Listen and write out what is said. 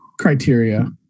criteria